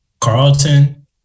Carlton